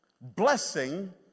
blessing